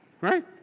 Right